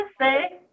say